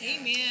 Amen